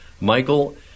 Michael